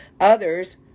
others